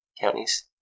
counties